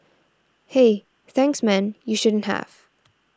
hey thanks man you shouldn't have